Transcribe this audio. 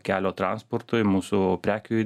kelio transportui mūsų prekių